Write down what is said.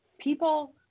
people